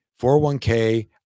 401k